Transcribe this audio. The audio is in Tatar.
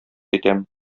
итәм